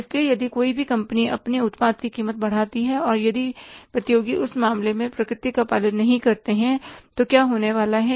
इसलिए यदि कोई भी कंपनी अपने उत्पाद की कीमत बढ़ाती है और यदि प्रतियोगी उस मामले में प्रवृत्ति का पालन नहीं करते हैं तो क्या होने वाला है